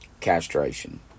Castration